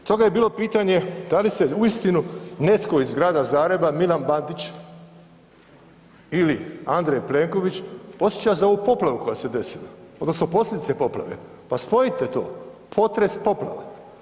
Stoga je bilo pitanje da li se uistinu netko iz Grada Zagreba Milan Bandić ili Andrej Plenković osjeća za ovu poplavu koja se desila odnosno posljedice poplave, pa spojite to, potres, poplava.